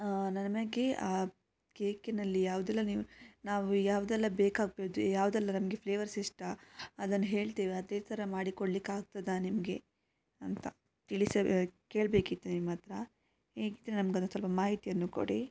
ನಮಗೆ ಕೇಕಿನಲ್ಲಿ ಯಾವುದೆಲ್ಲ ನೀವು ನಾವು ಯಾವುದೆಲ್ಲ ಬೇಕಾಗ್ಬೋದು ಯಾವುದೆಲ್ಲ ನಮಗೆ ಫ್ಲೇವರ್ಸ್ ಇಷ್ಟ ಅದನ್ನು ಹೇಳ್ತೀವಿ ಅದೇ ಥರ ಮಾಡಿ ಕೊಡ್ಲಿಕ್ಕೆ ಆಗ್ತದ ನಿಮಗೆ ಅಂತ ತಿಳಿಸಬೇಕು ಕೇಳ್ಬೇಕಿತ್ತು ನಿಮ್ಮತ್ರ ಇದು ನಮಗೆ ಒಂದು ಸ್ವಲ್ಪ ಮಾಹಿತಿಯನ್ನು ಕೊಡಿ